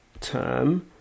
term